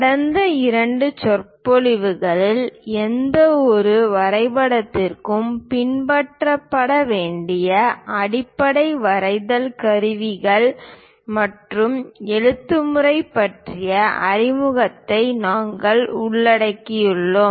கடந்த இரண்டு சொற்பொழிவுகளில் எந்தவொரு வரைபடத்திற்கும் பின்பற்றப்பட வேண்டிய அடிப்படை வரைதல் கருவிகள் மற்றும் எழுத்து முறை பற்றிய அறிமுகத்தை நாங்கள் உள்ளடக்கியுள்ளோம்